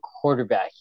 quarterback